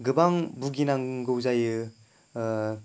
गोबां भुगिनांगौ जायो